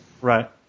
Right